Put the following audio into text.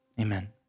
Amen